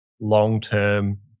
long-term